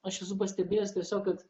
aš esu pastebėjęs tiesiog kad